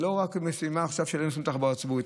וזו לא רק משימה עכשיו של התחבורה הציבורית.